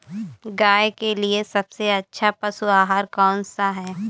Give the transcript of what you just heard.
गाय के लिए सबसे अच्छा पशु आहार कौन सा है?